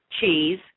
cheese